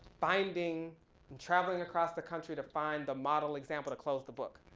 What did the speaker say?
finding and traveling across the country to find the model example to close the book,